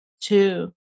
two